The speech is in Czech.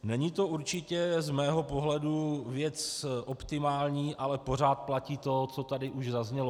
Není to určitě z mého pohledu věc optimální, ale pořád platí to, co tady už zaznělo.